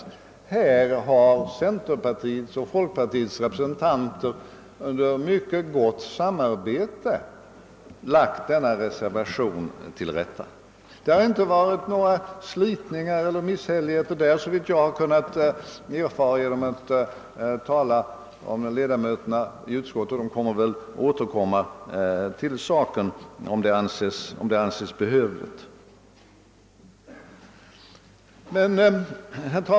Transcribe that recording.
Här har centerpartiets och folkpartiets representanter under mycket gott samarbete lagt denna reservation till rätta. Det har inte varit några slitningar och misshäl ligheter därvidlag — åtminstone såvitt jag har kunnat finna vid samtalen med ledamöterna i utskottet — och de kommer väl att återkomma till saken, om det anses behövligt.